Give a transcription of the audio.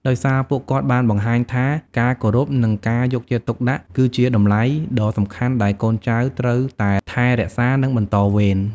ដោយសារពួកគាត់បានបង្ហាញថាការគោរព និងការយកចិត្តទុកដាក់ គឺជាតម្លៃដ៏សំខាន់ដែលកូនចៅត្រូវតែថែរក្សា និងបន្តវេន។